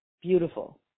Beautiful